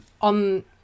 on